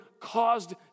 caused